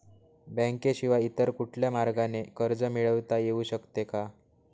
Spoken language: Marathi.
बँकेशिवाय इतर कुठल्या मार्गाने कर्ज मिळविता येऊ शकते का?